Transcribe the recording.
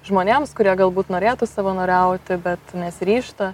žmonėms kurie galbūt norėtų savanoriauti bet nesiryžta